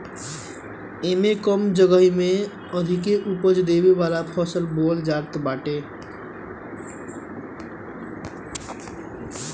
एमे कम जगही में अधिका उपज देवे वाला फसल बोअल जात बाटे